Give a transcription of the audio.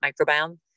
microbiome